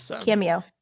Cameo